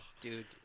Dude